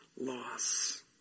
loss